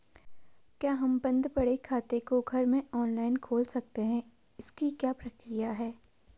क्या हम बन्द पड़े खाते को घर में ऑनलाइन खोल सकते हैं इसकी क्या प्रक्रिया है?